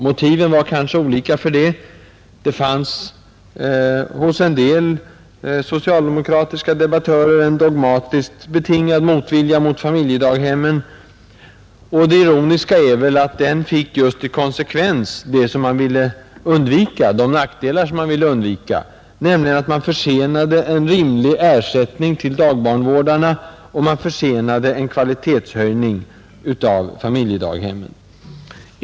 Motiven härför var kanske olika, Det fanns hos en del socialdemokratiska debattörer en dogmatiskt betingad motvilja mot familjedaghemmen, och det ironiska är att den fick till konsekvens just de nackdelar som man ville undvika: man försenade en rimlig ersättning till daghemsbarnvårdarna och man försenade en kvalitetshöjning av familjedaghemmen.